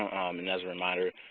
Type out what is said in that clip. and as a reminder,